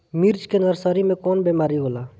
मिर्च के नर्सरी मे कवन बीमारी होला?